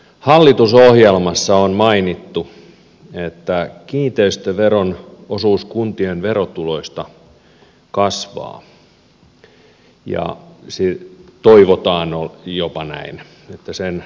hallitusohjelmassa on mainittu että kiinteistöveron osuus kuntien verotuloista kasvaa ja toivotaan jopa näin että sen suhteellisuus kasvaa